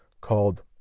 called